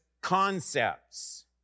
concepts